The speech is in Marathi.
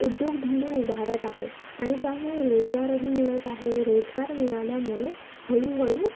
उद्योगधंदे उभारत आहेत आणि त्यामुळे रोजगारही मिळत आहे रोजगार मिळाल्यामुळे हळूहळू